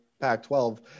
Pac-12